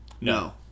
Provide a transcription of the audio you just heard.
No